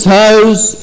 house